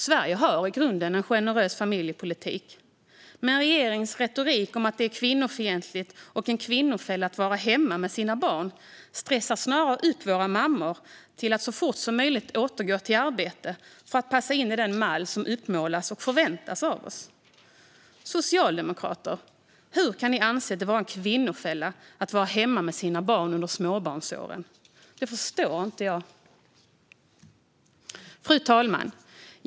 Sverige har i grunden en generös familjepolitik, men regeringens retorik om att det är kvinnofientligt och en kvinnofälla att vara hemma med sina barn stressar snarare upp våra mammor till att så fort som möjligt återgå till arbete för att, som det förväntas av oss, passa in i den mall som uppmålas. Socialdemokrater, hur kan ni anse det vara en kvinnofälla att vara hemma med sina barn under småbarnsåren? Det förstår inte jag. Fru talman!